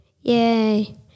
Yay